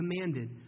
commanded